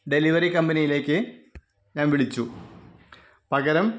delivery കമ്പനിയിലേക്ക് ഞാന് വിളിച്ചു പകരം